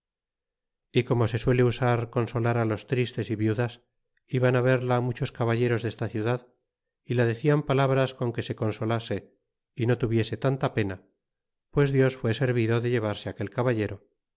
ó como se suele usar consolar los tristes y viudas iban verla intiehos caballeros desta ciudad y la decian palabras con que se consolase é no tuviese tanta pena pues dios fué servido de llevarse aquel caballero